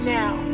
now